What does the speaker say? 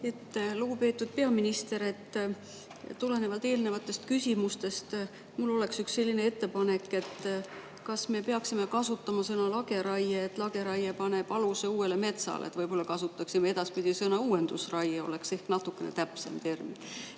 Lugupeetud peaminister! Tulenevalt eelmistest küsimustest mul on üks selline ettepanek. Kas me peaksime kasutama sõna "lageraie"? Lageraie paneb aluse uuele metsale, võib-olla kasutaksime edaspidi sõna "uuendusraie"? Oleks ehk natukene täpsem termin.